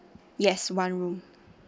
yes one room